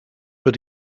but